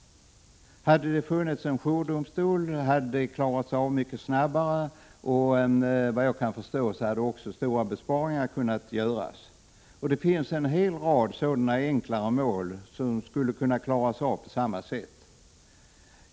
Hade det funnits en jourdomstol, hade det klarats av mycket snabbare, och efter vad jag kan förstå hade stora besparingar kunnat göras. Det finns en hel rad av sådana enklare mål som skulle kunna klaras av på samma sätt.